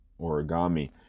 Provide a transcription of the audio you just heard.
origami